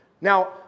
Now